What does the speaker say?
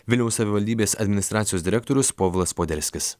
vilniaus savivaldybės administracijos direktorius povilas poderskis